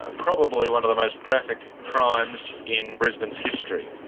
ah probably one of the most graphic crimes in brisbane's history.